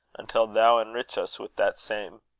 until thou enrich us with that same.